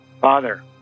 Father